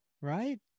right